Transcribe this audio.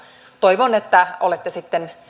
toivon että olette sitten